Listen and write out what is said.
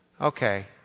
Okay